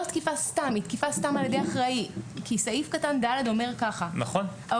תקיפה סתם אלא היא תקיפה סתם על ידי אחראי כי סעיף קטן (ד) אומר: העובר